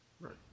Right